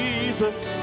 Jesus